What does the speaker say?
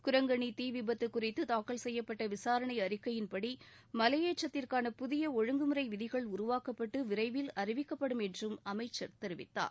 குரங்களி தீ விபத்து குறித்து தாக்கல் செய்யப்பட்ட விசாரணை அறிக்கையின்படி மலையேற்றத்திற்கான புதிய ஒழுங்குமுறை விதிகள் உருவாக்கப்பட்டு விரைவில் அறிவிக்கப்படும் என்றும் அமைச்சர் தெரிவித்தார்